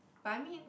but I mean